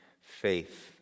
faith